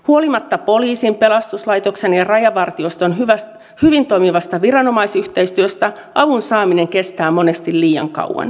huolimatta poliisin pelastuslaitoksen ja rajavartioston hyvin toimivasta viranomaisyhteistyöstä avun saaminen kestää monesti liian kauan